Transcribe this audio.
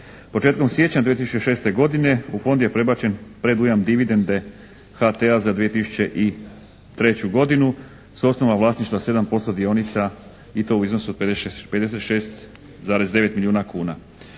Početkom siječnja 2006. godine u Fond je prebačen predujam dividende HT-a za 2003. godinu s osnova vlasništva 7% dionica i to u iznosu od 56,9 milijuna kuna.